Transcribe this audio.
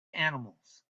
animals